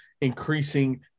increasing